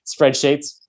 spreadsheets